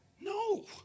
No